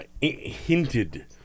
hinted